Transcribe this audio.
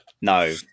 No